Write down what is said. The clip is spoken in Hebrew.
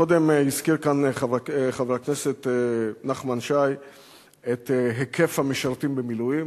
קודם הזכיר כאן חבר הכנסת נחמן שי את היקף המשרתים במילואים,